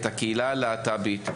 את הקהילה הלהט"בית.